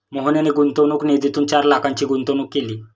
मोहनने गुंतवणूक निधीतून चार लाखांची गुंतवणूक केली